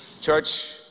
Church